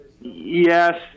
Yes